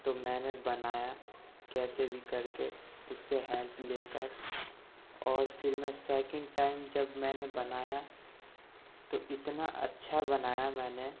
تو میں نے بنایا کیسے بھی کر کے اس سے ہیلپ لے کر اور پھر میں سیکینڈ ٹائم جب میں نے بنایا تو اتنا اچّھا بنایا میں نے